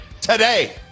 today